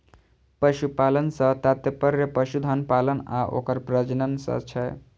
पशुपालन सं तात्पर्य पशुधन पालन आ ओकर प्रजनन सं छै